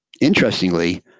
interestingly